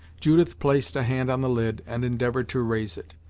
judith placed a hand on the lid and endeavored to raise it.